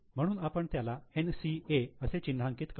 म्हणून आपण त्याला 'NCA' असे चिन्हांकित करू